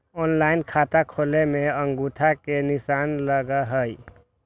Online खाता खोले में अंगूठा के निशान लगहई?